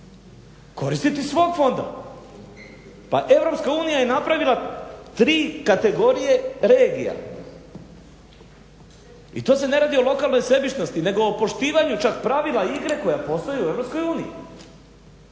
koristiti iz svog fonda. Pa EU je napravila 3 kategorije regija i to se ne radi o lokalnoj sebičnosti, nego o poštivanju čak pravila igre koja postoje u EU. A gospodin